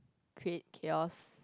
create chaos